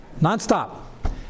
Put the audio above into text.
non-stop